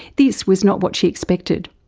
this was not what she expected.